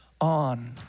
on